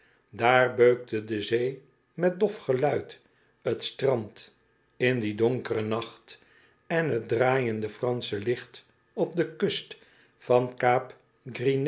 daar beukte de zee met dof geluid t strand in dien donkeren nacht en t draaiende fransche licht op de kust van